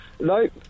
Nope